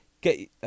get